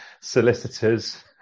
solicitors